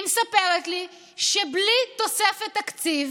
היא מספרת לי שבלי תוספת תקציב